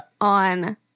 on